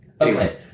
Okay